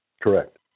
Correct